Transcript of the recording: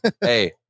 Hey